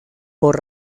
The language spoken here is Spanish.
por